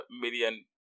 million